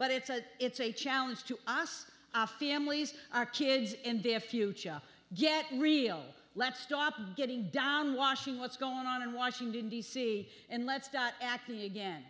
but it's a it's a challenge to us our families our kids and their future get real let's stop getting down washing what's going on in washington d c and let's start acting again